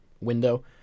window